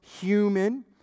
human